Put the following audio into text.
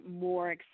more